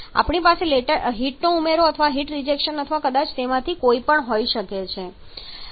આપણી પાસે હીટનો ઉમેરો અથવા હીટ રિજેક્શન અથવા કદાચ તેમાંથી કોઈ પણ હોઈ શકે છે